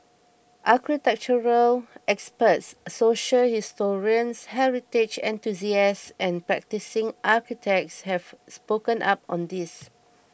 architectural experts social historians heritage enthusiasts and practising architects have spoken up on this